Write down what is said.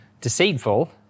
deceitful